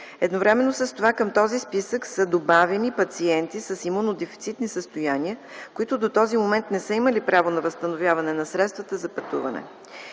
Едновременно с това, към този списък са добавени пациенти с имуннодефицитни състояния, които до този момент не са имали право на възстановяване на средствата за пътуване.